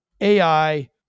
AI